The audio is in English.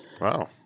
Wow